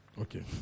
Okay